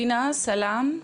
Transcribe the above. לינה סאלם?